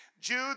Jude